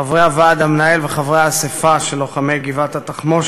חברי הוועד המנהל וחברי האספה של לוחמי גבעת-התחמושת,